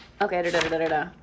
okay